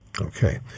Okay